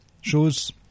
shows